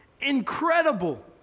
Incredible